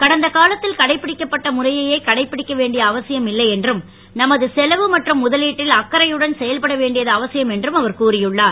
கடந்த காலத்தில் கடைப்பிடிக்கப் பட்ட முறையையே கடைப்பிடிக்க வேண்டியது அவசியம் இல்லை என்றும் நமது செலவு மற்றும் முதலீட்டில் அக்கறையுடன் செயல்பட வேண்டியது அவசியம் என்றும் அவர் கூறியுள்ளார்